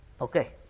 Okay